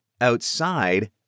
outside